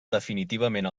definitivament